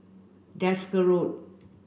Desker Road